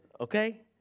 okay